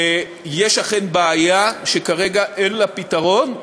יש אכן בעיה, שכרגע אין לה פתרון,